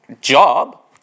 job